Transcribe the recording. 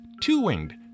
two-winged